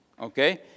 okay